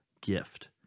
gift